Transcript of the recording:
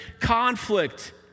conflict